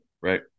Right